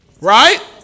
Right